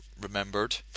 remembered